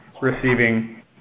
receiving